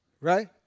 right